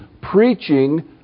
preaching